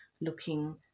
looking